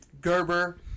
Gerber